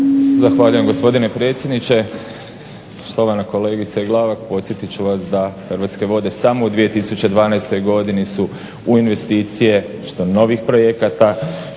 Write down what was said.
Zahvaljujem gospodine predsjedniče, štovana kolegice Glavak, podsjetiti ću vas da Hrvatske vode samo u 2012. godini su u investicije, što novih projekata,